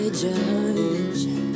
judge